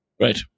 Right